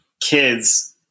kids